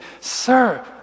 Sir